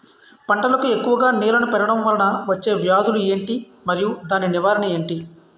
పంటలకు ఎక్కువుగా నీళ్లను పెట్టడం వలన వచ్చే వ్యాధులు ఏంటి? మరియు దాని నివారణ ఏంటి?